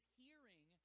hearing